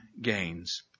gains